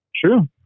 True